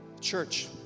Church